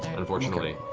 unfortunately.